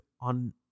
on